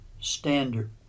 standard